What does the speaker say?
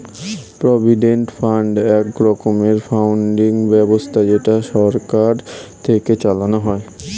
provident fund এক রকমের funding ব্যবস্থা যেটা সরকার থেকে চালানো হয়